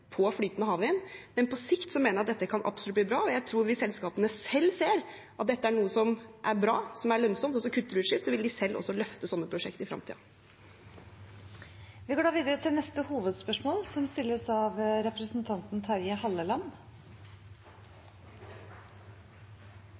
på flytende havvind, men på sikt mener jeg at dette absolutt kan bli bra. Jeg tror at hvis selskapene selv ser at dette er noe som er bra og lønnsomt, og som kutter utslipp, vil de selv også løfte slike prosjekter i fremtiden. Vi går da videre til neste hovedspørsmål, som stilles av representanten Terje Halleland.